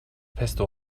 pesto